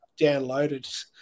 downloaded